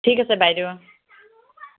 ঠিক আছে বাইদেউ অঁ